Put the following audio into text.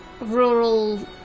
rural